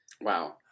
wow